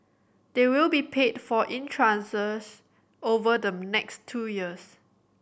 they will be paid for in tranches over the next two years